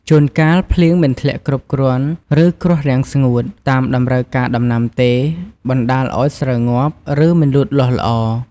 ជួនកាលភ្លៀងមិនធ្លាក់គ្រប់គ្រាន់ ឬ គ្រោះរាំងស្ងួត តាមតម្រូវការដំណាំទេ បណ្ដាលឱ្យស្រូវងាប់ ឬមិនលូតលាស់ល្អ។